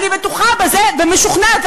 אני בטוחה ומשוכנעת בזה.